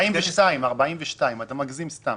42. אתה סתם מגזים.